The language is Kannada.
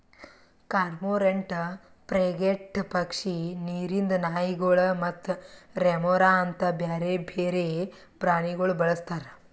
ಕಾರ್ಮೋರೆಂಟ್, ಫ್ರೆಗೇಟ್ ಪಕ್ಷಿ, ನೀರಿಂದ್ ನಾಯಿಗೊಳ್ ಮತ್ತ ರೆಮೊರಾ ಅಂತ್ ಬ್ಯಾರೆ ಬೇರೆ ಪ್ರಾಣಿಗೊಳ್ ಬಳಸ್ತಾರ್